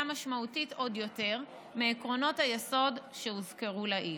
משמעותית עוד יותר מעקרונות היסוד שהוזכרו לעיל.